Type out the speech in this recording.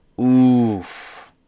Oof